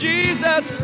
Jesus